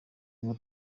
ngo